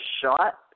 shot